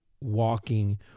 walking